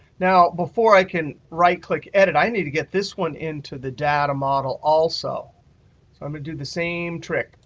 now, before i can right-click edit, i need to get this one into the data model also. so i'm going to do the same trick,